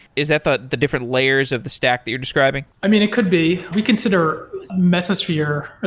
is that the the different layers of the stack that you're describing? i mean, it could be. we consider mesosphere,